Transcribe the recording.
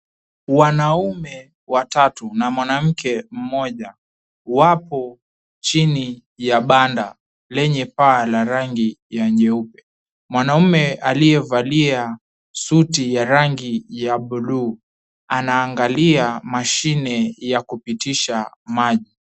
Wanaume watatu na mwanamke mmoja wapo chini ya banda lenye paa la rangi ya nyeupe. Mwanaume aliyevalia suti ya rangi ya blue anaangalia mashine ya kupitisha maji.